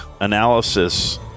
analysis